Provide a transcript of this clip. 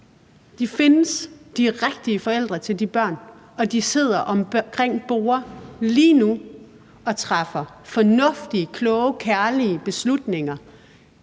De findes, de er rigtige forældre til de børn, og de sidder omkring borde lige nu og træffer fornuftige, kloge, kærlige beslutninger